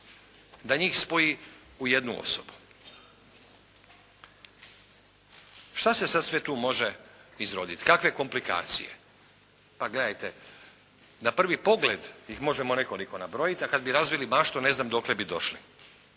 da njih spoji u jednu osobu. Šta se sad sve tu može izroditi, kakve komplikacije. Pa gledajte, na prvi pogled ih možemo nekoliko nabrojiti a kad bi razvili maštu ne znam dokle bi došli.